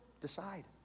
Decide